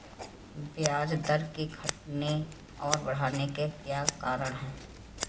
ब्याज दर के घटने और बढ़ने के क्या कारण हैं?